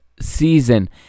season